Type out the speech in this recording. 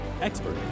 expert